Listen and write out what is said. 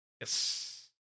yes